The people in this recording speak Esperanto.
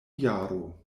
jaro